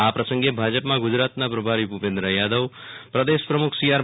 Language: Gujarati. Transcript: આ પ્રસંગે ભાજપમમાં ગુજરાતના પ્રભારી ભુપેન્દ્ર યાદવ પ્રદેશ પ્રમુખ સીઆર